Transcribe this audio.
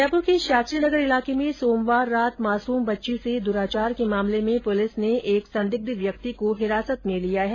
जयपुर के शास्त्रीनगर इलाके में सोमवार रात मासूम बच्ची से दुराचार के मामले में पुलिस ने एक संदिग्ध व्यक्ति को हिरासत में लिया है